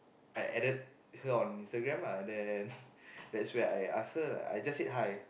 I added her on Instagram lah then that's when I asked her lah I just said hi